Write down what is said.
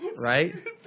Right